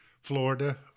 Florida